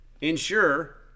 ensure